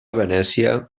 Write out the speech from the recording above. venècia